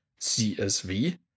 csv